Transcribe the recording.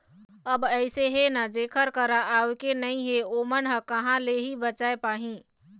अब अइसे हे ना जेखर करा आवके नइ हे ओमन ह कहाँ ले ही बचाय पाही